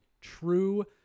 true